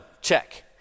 check